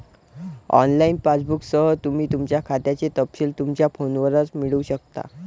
online पासबुकसह, तुम्ही तुमच्या खात्याचे तपशील तुमच्या फोनवरच मिळवू शकता